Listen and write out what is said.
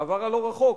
בעבר הלא-רחוק,